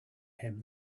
him